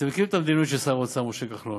אתם מכירים את המדיניות של שר האוצר משה כחלון,